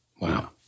wow